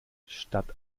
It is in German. statt